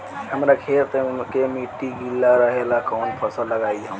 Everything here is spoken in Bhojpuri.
हमरा खेत के मिट्टी गीला रहेला कवन फसल लगाई हम?